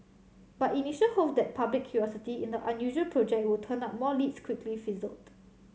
but initial hope that public curiosity in the unusual project would turn up more leads quickly fizzled